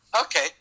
Okay